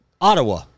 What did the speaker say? Ottawa